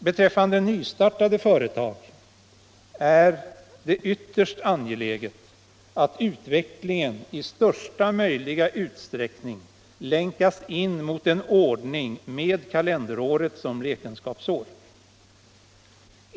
Beträffande nystartade företag är det ytterst angeläget att utvecklingen i största möjliga utsträckning länkas in mot en ordning med kalenderåret som räkenskapsår.